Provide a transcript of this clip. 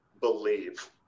believe